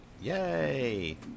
Yay